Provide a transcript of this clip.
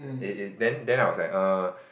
it it then then I was like err